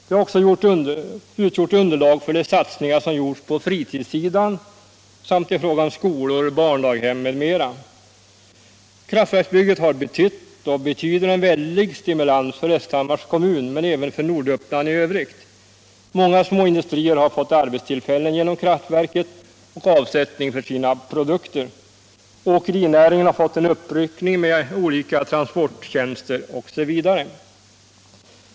Det har även utgjort underlag för de satsningar som gjorts på fritidssidan samt i fråga om skolor, barndaghem m.m. Kraftverksbygget har betytt och betyder en väldig stimulans för Östhammars kommun men även för Norduppland i övrigt. Många småindustrier har fått arbetstillfällen genom kraftverket och avsättning för sina produkter. Åkerinäringen har fått en uppryckning med olika transporttjänster osv.